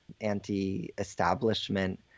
anti-establishment